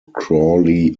crawley